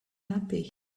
happy